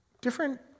Different